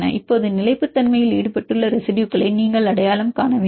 இப்போது நிலைப்புத்தன்மையில் ஈடுபட்டுள்ள ரெசிடுயுகளை நீங்கள் அடையாளம் காண வேண்டும்